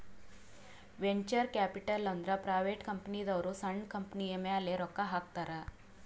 venture capital ಅಂದುರ್ private ಕಂಪನಿದವ್ರು ಸಣ್ಣು ಕಂಪನಿಯ ಮ್ಯಾಲ ರೊಕ್ಕಾ ಹಾಕ್ತಾರ್